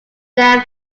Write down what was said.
their